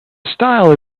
style